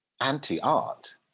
anti-art